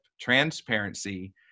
Transparency